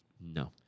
No